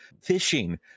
fishing